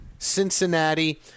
Cincinnati